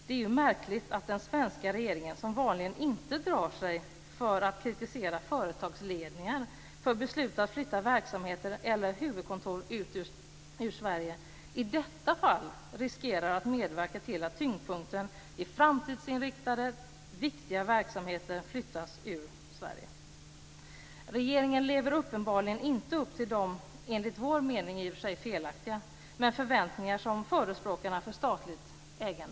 Det är märkligt att den svenska regeringen, som vanligen inte drar sig för att kritisera företagsledningar för beslut att flytta verksamheter eller huvudkontor från Sverige, i detta fall riskerar att medverka till att tyngdpunkten i framtidsinriktade viktiga verksamheter flyttas från Sverige. Regeringen lever uppenbarligen inte upp till de - enligt vår mening felaktiga - förväntningar som förespråkarna för statligt ägande har.